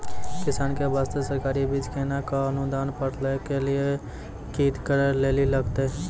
किसान के बास्ते सरकारी बीज केना कऽ अनुदान पर लै के लिए की करै लेली लागतै?